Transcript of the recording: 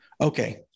Okay